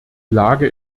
lage